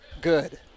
good